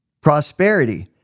prosperity